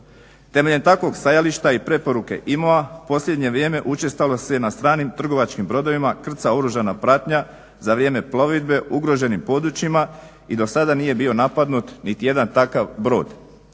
Temeljem takvog stajališta i preporuke IMO-a u posljednje vrijeme učestalo se na stranim trgovačkim brodovima krca oružana pratnja za vrijeme plovidbe u ugroženim područjima i do sada nije bio napadnut niti jedan takav brod,